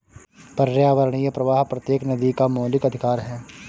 पर्यावरणीय प्रवाह प्रत्येक नदी का मौलिक अधिकार है